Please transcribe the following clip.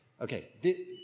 Okay